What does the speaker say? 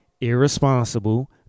irresponsible